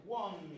one